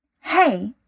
Hey